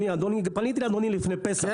פניתי לאדוני לפני פסח,